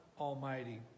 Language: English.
Almighty